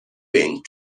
byng